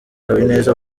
habineza